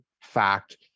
fact